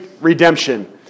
redemption